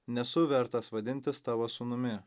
nesu vertas vadintis tavo sūnumi